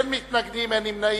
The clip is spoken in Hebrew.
33, אין מתנגדים ואין נמנעים.